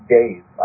Dave